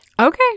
Okay